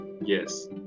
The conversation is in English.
Yes